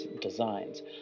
designs